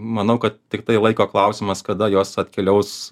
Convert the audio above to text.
manau kad tiktai laiko klausimas kada jos atkeliaus